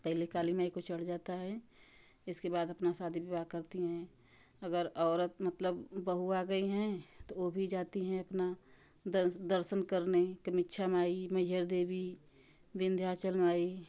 पहले काली माई को चढ़ जाता है इसके बाद अपना शादी विवाह करती हैं अगर औरत मतलब बहू आ गई हैं तो वप भी जाती हैं अपना दर्शन करने कमीक्षा माई मैहर देवी विंध्याचल माई